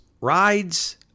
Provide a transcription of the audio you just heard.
rides